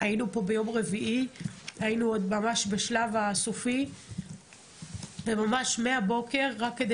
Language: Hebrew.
היינו פה ביום רביעי בשלב הסופי מהבוקר כדי